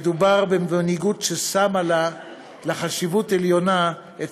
מדובר במנהיגות ששמה לה בחשיבות עליונה את